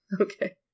Okay